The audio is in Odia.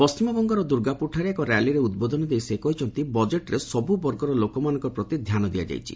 ପଶ୍ଚିମବଙ୍ଗର ଦୁର୍ଗାପୁରଠାରେ ଏକ ର୍ୟାଲିରେ ଉଦ୍ବୋଧନ ଦେଇ ସେ କହିଛନ୍ତି ବଜେଟ୍ରେ ସବୁ ବର୍ଗର ଲୋକମାନଙ୍କ ପ୍ରତି ଧ୍ୟାନ ଦିଆଯାଇଛି